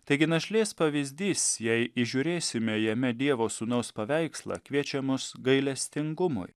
taigi našlės pavyzdys jei įžiūrėsime jame dievo sūnaus paveikslą kviečia mus gailestingumui